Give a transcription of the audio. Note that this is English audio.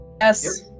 Yes